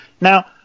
Now